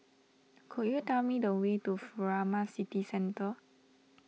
could you tell me the way to Furama City Centre